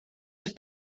have